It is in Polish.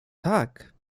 tak